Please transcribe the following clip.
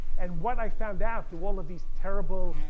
and what i found out, through all of these terrible,